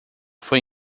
foi